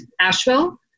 Asheville